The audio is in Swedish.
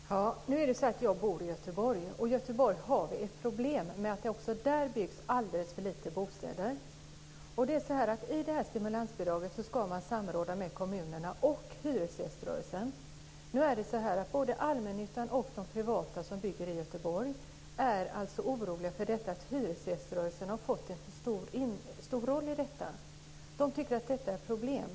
Fru talman! Nu är det så att jag bor i Göteborg, och också i Göteborg har vi problem med att det byggs alldeles för lite bostäder. Det här stimulansbidraget innebär att man ska samråda med kommunerna och hyresgäströrelsen. Nu är det så att både allmännyttan och de privata som bygger i Göteborg är oroliga för att hyresgäströrelsen har fått en för stor roll i detta. De tycker att det är ett problem.